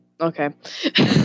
Okay